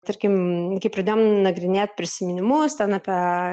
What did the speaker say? tarkim kai pradėjom nagrinėt prisiminimus ten apie